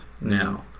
now